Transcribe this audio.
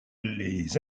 les